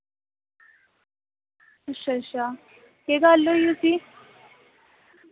अच्छ अच्छा केह् गल्ल होई उस्सी